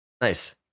Nice